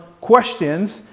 questions